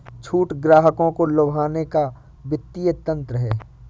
छूट ग्राहकों को लुभाने का वित्तीय तंत्र है